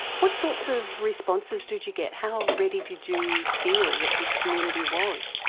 what sorts of responses did you get? how ready did you feel that this community was?